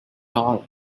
all